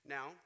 Now